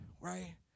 right